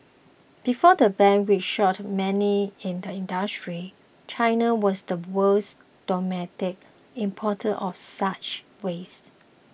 before the ban which shocked many in the industry China was the world's dominant importer of such waste